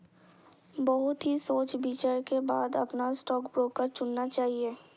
बहुत ही सोच विचार के बाद अपना स्टॉक ब्रोकर चुनना चाहिए